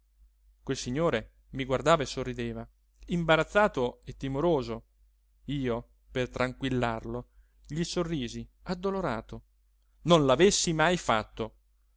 quel signore mi guardava e sorrideva imbarazzato e timoroso io per tranquillarlo gli sorrisi addolorato non l'avessi mai fatto